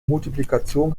multiplikation